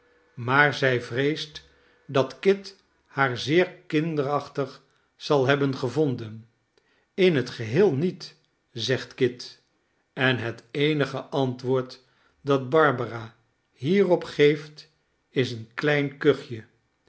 maar zij vreest dat kit haar zeer kinderachtig zal hebben gevonden in het geheel niet zegt kit enheteenige antwoord dat barbara hierop geeft is een klein kuchje